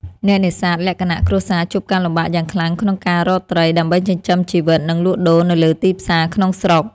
អ្នកនេសាទលក្ខណៈគ្រួសារជួបការលំបាកយ៉ាងខ្លាំងក្នុងការរកត្រី ដើម្បីចិញ្ចឹមជីវិត និងលក់ដូរនៅលើទីផ្សារក្នុងស្រុក។